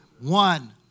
One